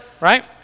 right